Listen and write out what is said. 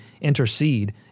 intercede